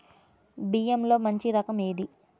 బియ్యంలో మంచి రకం ఏది?